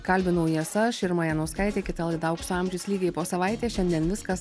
kalbinau jas aš irma janauskaitė kita laida aukso amžius lygiai po savaitės šiandien viskas